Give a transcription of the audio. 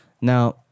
Now